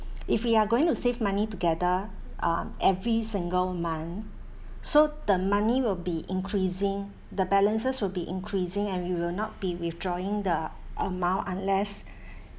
if we are going to save money together um every single month so the money will be increasing the balances will be increasing and we will not be withdrawing the amount unless